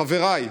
חבריי,